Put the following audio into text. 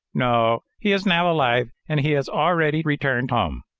no, he is now alive and he has already returned home.